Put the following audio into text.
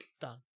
done